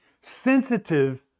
sensitive